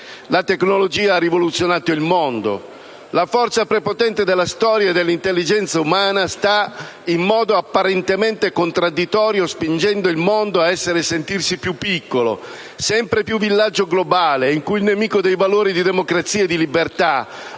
La tecnologia ha rivoluzionato il mondo. La forza prepotente della storia e dell'intelligenza umana sta, in modo apparentemente contraddittorio, spingendo il mondo ad essere e sentirsi più piccolo, sempre più villaggio globale in cui il nemico dei valori di democrazia e di libertà,